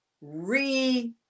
re